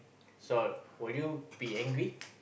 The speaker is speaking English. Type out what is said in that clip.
so will you be angry